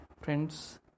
friends